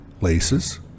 laces